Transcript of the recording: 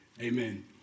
Amen